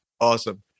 Awesome